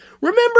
Remember